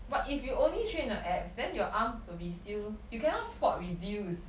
but if you only train your abs then your arms will be still you cannot spot reduce